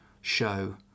show